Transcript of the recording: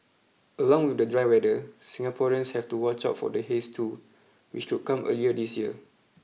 along with the dry weather Singaporeans have to watch out for the haze too which could come earlier this year